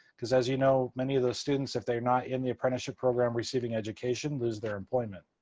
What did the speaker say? because as you know, many of those students, if they are not in the apprenticeship program receiving education, lose their employment.